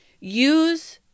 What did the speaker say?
Use